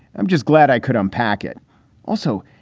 i'm just glad i could unpack it also.